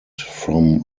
from